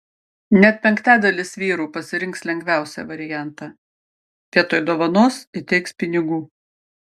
net penktadalis vyrų pasirinks lengviausią variantą vietoj dovanos įteiks pinigų